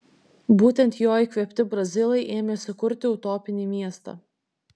būtent jo įkvėpti brazilai ėmėsi kurti utopinį miestą